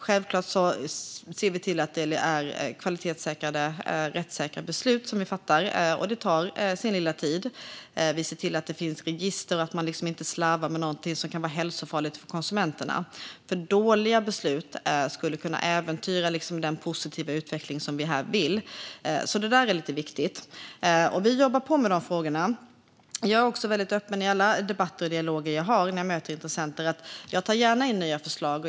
Självklart ser vi till att det är kvalitetssäkrade, rättssäkra beslut som vi fattar, och det tar sin lilla tid. Vi ser till att det finns register och att man inte slarvar med någonting som kan vara hälsofarligt för konsumenterna. Dåliga beslut skulle kunna äventyra den positiva utveckling som vi vill ha här, så det är lite viktigt. Vi jobbar på med de frågorna. Jag är också väldigt öppen i alla debatter och dialoger jag har när jag möter intressenter med att jag gärna tar in nya förslag.